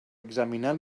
examinar